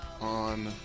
on